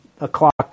o'clock